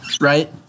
right